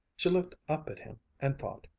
she looked up at him and thought,